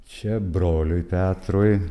čia broliui petrui